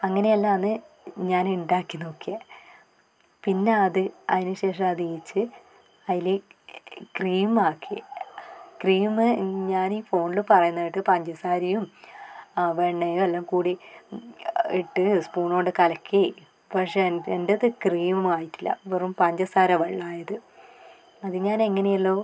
അങ്ങനെ എല്ലാമാണ് ഞാൻ ഉണ്ടാക്കി നോക്കിയത് പിന്നെ അത് അതിനുശേഷം അത് അതിൽ ക്രീം ആക്കി ക്രീം ഞാൻ ഈ ഫോണിൽ പറയുന്നത് കേട്ട് പഞ്ചസാരയും വെണ്ണയും എല്ലാം കൂടി ഇട്ട് സ്പൂൺ കൊണ്ട് കലക്കി പക്ഷേ എൻ്റേത് ക്രീം ഒന്നും ആയിട്ടില്ല വെറും പഞ്ചസാര വെള്ളം ആയത് അത് ഞാൻ എങ്ങനെയെല്ലോ